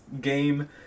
game